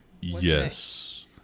Yes